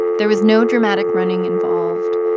there was no dramatic running involved,